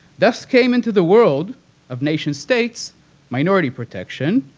thus came into the world of nation-states minority protection,